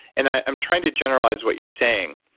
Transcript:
and i'm trying to generalize what you're saying.